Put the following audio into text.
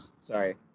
Sorry